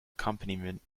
accompaniment